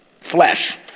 flesh